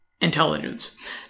intelligence